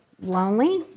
lonely